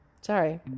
Sorry